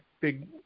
big